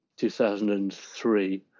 2003